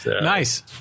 Nice